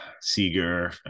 Seeger